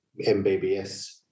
MBBS